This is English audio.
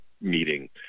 meeting